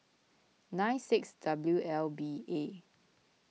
nine six W L B A